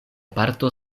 parto